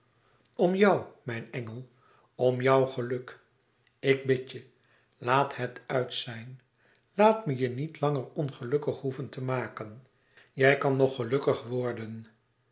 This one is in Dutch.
om jou mijn engel om jouw geluk ik bid je làat het uit zijn laat me je niet langer ongelukkig hoeven te maken jij kan nog gelukkig worden